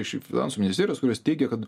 iš finansų ministerijos kurios teigia kad